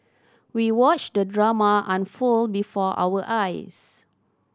we watched the drama unfold before our eyes